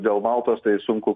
dėl maltos tai sunku